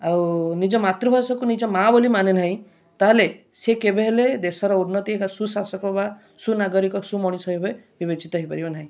ଆଉ ନିଜ ମାତୃଭାଷାକୁ ନିଜ ମାଆ ବୋଲି ମାନେ ନାହିଁ ତା' ହେଲେ ସେ କେବେ ହେଲେ ଦେଶର ଉନ୍ନତି ଏକ ସୁଶାସକ ବା ସୁନାଗରିକ ସୁମଣିଷ ବିବେଚିତ ହୋଇପାରିବ ନାହିଁ